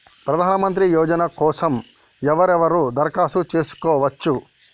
ప్రధానమంత్రి యోజన కోసం ఎవరెవరు దరఖాస్తు చేసుకోవచ్చు?